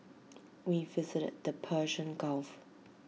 we visited the Persian gulf